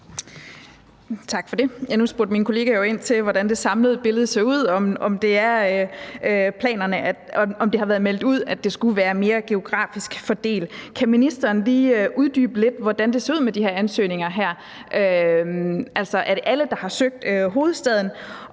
Nu spurgte min kollega jo ind til, hvordan det samlede billede ser ud, og om det har været meldt ud, at det skulle være mere geografisk fordelt. Kan ministeren lige uddybe lidt, hvordan det ser ud med de her ansøgninger, altså i forhold til at alle har søgt hovedstaden.